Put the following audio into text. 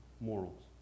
morals